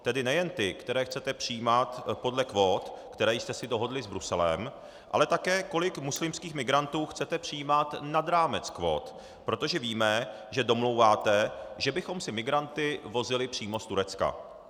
Tedy nejen ty, které chcete přijímat podle kvót, které jste si dohodli s Bruselem, ale také kolik muslimských migrantů chcete přijímat nad rámec kvót, protože víme, že domlouváte, že bychom si migranty vozili přímo z Turecka.